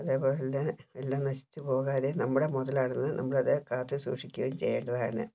അതേപോലെ എല്ലാം നശിച്ചു പോകാതെ നമ്മുടെ മുതലാണത് നമ്മളത് കാത്ത് സൂക്ഷിക്കുകയും ചെയ്യേണ്ടതാണ്